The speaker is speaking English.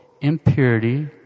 Impurity